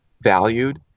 valued